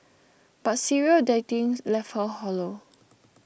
but serial dating left her hollow